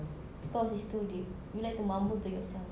because it's too deep you like to mumble to yourself